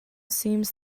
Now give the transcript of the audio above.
seems